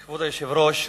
כבוד היושב-ראש,